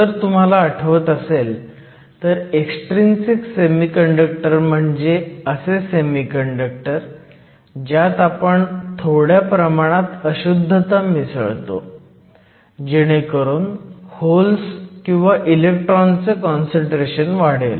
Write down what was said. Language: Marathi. जर तुम्हाला आठवत असेल तर एक्सट्रिंसिक सेमीकंडक्टर म्हणजे असे सेमीकंडक्टर ज्यात आपण थोड्या प्रमाणात अशुद्धता मिसळतो जेणेकरून होल्स किंवा इलेक्ट्रॉन चे काँसंट्रेशन वाढेल